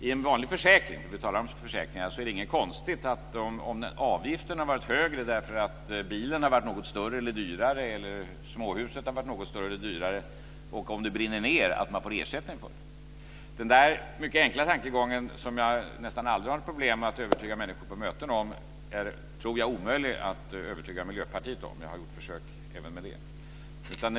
I en vanlig försäkring, vi talar alltså om försäkringar, är det inget konstigt om avgiften har varit högre därför att bilen har varit något större eller dyrare eller småhuset har varit något större eller dyrare. Om det brinner ned får man ersättning för det. Den mycket enkla tankegången som jag nästan aldrig har något problem med att övertyga människor på möten om tror jag är omöjligt att övertyga Miljöpartiet om. Jag har gjort försök även med det.